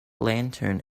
lantern